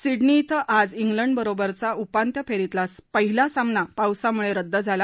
Sydney इथं आज इंग्लंडबरोबरचा उपांत्य फेरीतला पहिला सामना पावसामुळे रद्द झाला